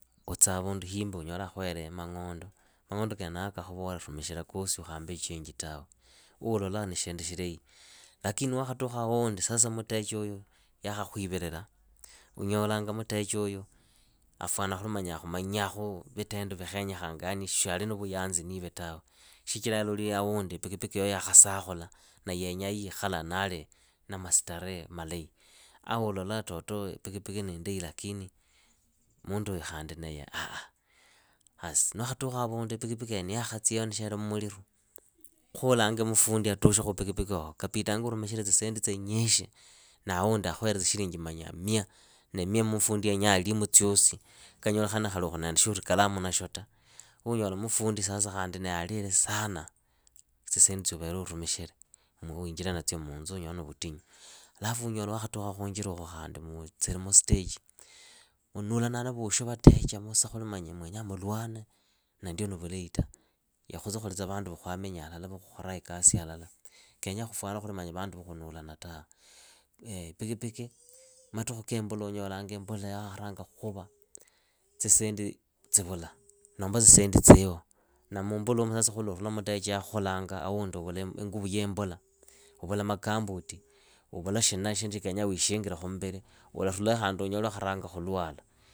Utsaa havundu himbi unyole akhuhele mang'ondo, mang'ondo kenako akhuvora rumikhila kosa ukhaamba ichenji tawe, ulola ni shindu shilahi. Lakini sasa niwaakhatukha awundi sasa mutecha huyu, yaakhakhwivirira, unyolanga mutecha huyu, afyana khuli manya akhumanyakhu vitendo vikhenyekhananga yani shiali na vuyanzi niiwe tawe. Shichira aloli awundi ipikipiki yoyo yaakhasakhula na yeenyaa ya yiikhala naali na mastaree malahi. A ulola toto ipikipiki niindai lakini munduuyu khani nate ah. Waakhatukha avundu ipikipikieyo nishere mmuliru. khuulange mufundi atukhe khuupikipikiokho kapitanga urumikhile tsisendi tsinyishi, na awundi akhuhele tsishilinji manya mia, na mia mufundi yenyaa aliimu tsiosi, kanyolekhana khali ulikhu na shuurikalamu nashio ta. Uunyola mufundi sasa naye alile sana tsisendi tsia uvele urumikhile wiinjire natsio munzu uunyola ni vutinyu. Alafu unyola wakhatuka khuunjiraukhu musteji, munulanaa na voosho vatecha musa khuli mwenya mulwane na ndio ni vulahi ta. Khutse ni khukitsa vandu va khwamenya halala va khukholaa ikasi halala, kenya khufwane khuli manya vandu va khunulana tawe. ipikipiki matukhu kiimbula unyolanga imbula yaakharanga khuva, tsisendi tsivula, nomba tsisendi tsiliho. Na muumbula sasa khuli luurula mutecha yaakha khulanga awundi uvula inguvu yiimbula, uvula makambuti, uvula shina shindu shya kenyekhaa wiishingile khumbiri, ukarulayo khandi unyole waakharanga khulwala